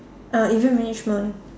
uh event management